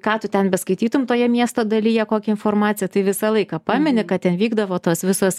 ką tu ten beskaitytum toje miesto dalyje kokią informaciją tai visą laiką pameni kad ten vykdavo tos visos